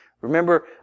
Remember